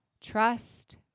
trust